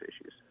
issues